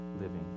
living